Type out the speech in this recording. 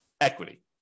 equity